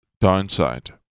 downside